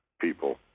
people